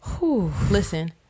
listen